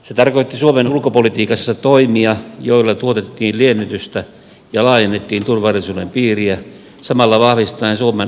se tarkoitti suomen ulkopolitiikassa toimia joilla tuotettiin liennytystä ja laajennettiin turvallisuuden piiriä samalla vahvistaen suomen omaa turvallisuutta